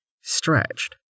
stretched